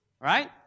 Right